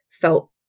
felt